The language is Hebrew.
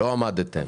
לא עמדתם בהם?